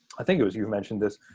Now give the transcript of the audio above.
i think it was you who mentioned this,